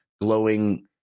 glowing